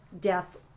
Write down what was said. death